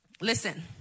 Listen